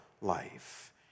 life